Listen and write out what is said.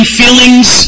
feelings